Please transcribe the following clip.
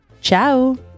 Ciao